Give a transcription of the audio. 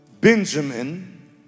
Benjamin